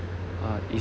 uh is